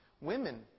Women